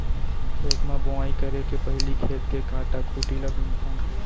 खेत म बोंवई करे के पहिली खेत के कांटा खूंटी ल बिनथन